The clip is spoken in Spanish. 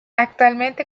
actualmente